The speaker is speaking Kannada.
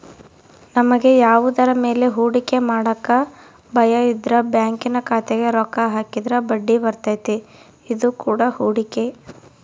ನಮಗೆ ಯಾವುದರ ಮೇಲೆ ಹೂಡಿಕೆ ಮಾಡಕ ಭಯಯಿದ್ರ ಬ್ಯಾಂಕಿನ ಖಾತೆಗೆ ರೊಕ್ಕ ಹಾಕಿದ್ರ ಬಡ್ಡಿಬರ್ತತೆ, ಇದು ಕೂಡ ಹೂಡಿಕೆ